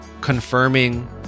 confirming